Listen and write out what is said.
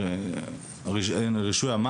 אנחנו לא מדברים על נסיעות,